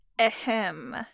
Ahem